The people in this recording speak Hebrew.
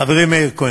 חברי מאיר כהן,